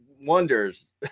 wonders